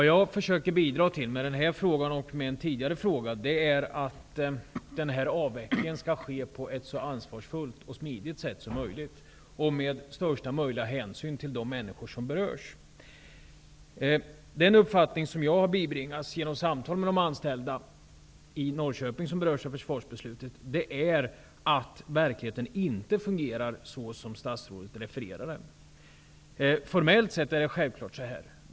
Jag försöker, med denna fråga och en tidigare fråga, bidra till att denna avveckling sker på ett så ansvarsfullt och smidigt sätt som möjligt och med största möjliga hänsyn till de människor som berörs. Den uppfattning jag har bibringats genom samtal med de anställda i Norrköping som berörs av försvarsbeslutet är att det i verkligheten inte fungerar så som statsrådet refererade. Formellt sett är det självfallet så.